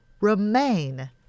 Remain